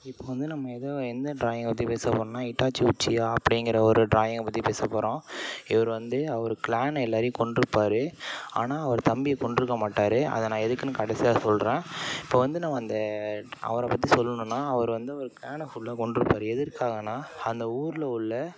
இப்போ வந்து நம்ம எது எந்த ட்ராயிங் பற்றி பேச போகிறோன்னா ஹிட்டாச்சு உச்சியா அப்படிங்கிற ஒரு ட்ராயிங்கை பற்றி பேசப் போகிறோம் இவர் வந்து அவர் கிளான் எல்லாேரையும் கொன்றுப்பார் ஆனால் அவர் தம்பி கொன்றுக்க மாட்டார் அதை நான் எதுக்குன்னு கடைசியாக சொல்கிறேன் இப்போ வந்து நம்ம அந்த அவரை பற்றி சொல்லணும்னால் அவர் வந்து ஒரு கிளானை ஃபுல்லாக கொன்றுப்பார் எதற்காகன்னா அந்த ஊரில் உள்ள